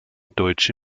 deutsche